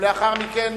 ולאחר מכן,